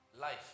Life